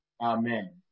Amen